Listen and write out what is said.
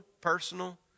personal